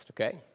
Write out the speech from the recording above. okay